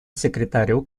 секретарю